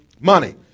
money